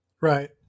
Right